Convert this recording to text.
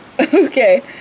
Okay